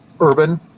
urban